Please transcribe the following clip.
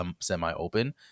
semi-open